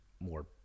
more